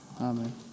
Amen